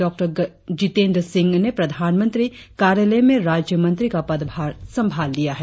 डॉ जितेंद्र सिंह ने प्रधानमंत्री कार्यालय में राज्यमंत्री का पद्भार संभाल लिया है